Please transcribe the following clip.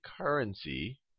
currency